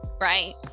Right